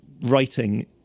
writing